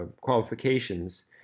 qualifications